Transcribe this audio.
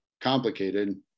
complicated